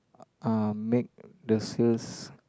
uh I'll make the sales